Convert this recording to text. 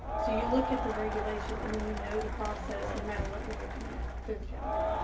so you look at the regulation and then you know the process no matter what you're looking at temple